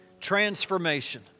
transformation